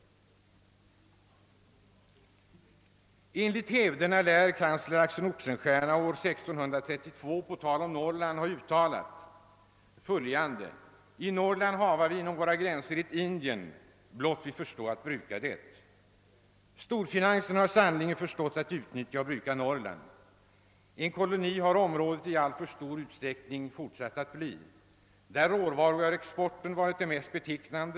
Enligt hävderna lär rikskansler Axel Oxenstierna år 1632 om Norrland ha uttalat följande: »I Norrland hava vi in om våra gränser ett Indien, blott vi förstå att bruka det.» Storfinansen har sannerligen förstått att bruka och utnyttja Norrland. Området har i alltför stor utsträckning förblivit en koloni, för vilken råvaruexporten varit det mest betecknande.